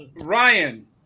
Ryan